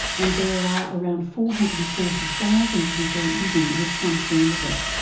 and there are around four hundred and forty thousand people living with some form of it.